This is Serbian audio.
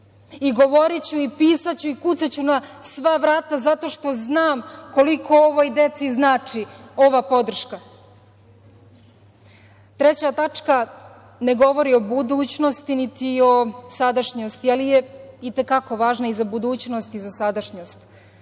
i govoriću i pisaću i kucaću na sva vrata zato što znam koliko ovoj deci znači ova podrška. Treća tačka ne govori o budućnosti niti o sadašnjosti, ali je i te kako važna i za budućnost i za sadašnjost.